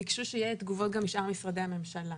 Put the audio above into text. שיהיה תגובות גם משאר משרדי הממשלה.